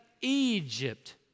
Egypt